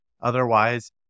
Otherwise